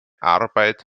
arbeit